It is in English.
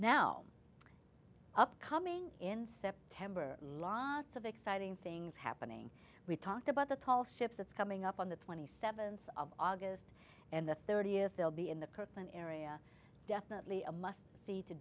now upcoming in september lots of exciting things happening we talked about the tall ships that's coming up on the twenty seventh of august and the thirtieth they'll be in the curtain area definitely a must see to